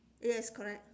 yes correct